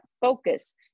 focus